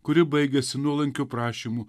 kuri baigiasi nuolankiu prašymu